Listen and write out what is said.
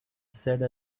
said